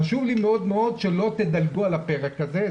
חשוב לי מאוד מאוד שלא תדלגו על הפרק הזה.